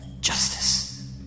justice